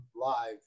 live